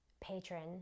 patron